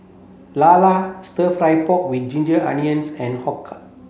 Lala stir fry pork with ginger onions and Har Kow